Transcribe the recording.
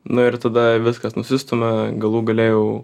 na ir tada viskas nusistumia galų gale jau